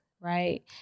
right